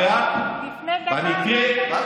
הרי את, במקרה, מה